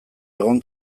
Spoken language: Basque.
egon